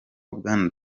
bwana